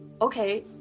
okay